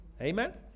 Amen